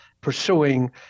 pursuing